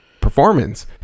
performance